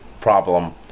problem